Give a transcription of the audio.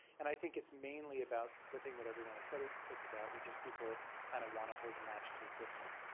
and i think it's mainly about the thing that everyone has said it's it's about, which is people kind of want to hold a match to the system.